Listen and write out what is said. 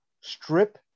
strip